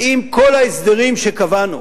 האם כל ההסדרים שקבענו